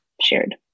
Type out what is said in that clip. shared